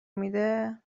میده